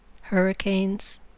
hurricanes